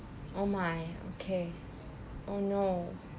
oh my okay oh no